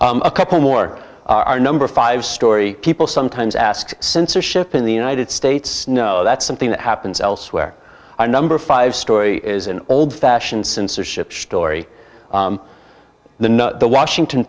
a couple more our number five story people sometimes asked censorship in the united states no that's something that happens elsewhere our number five story is an old fashioned censorship story the the washington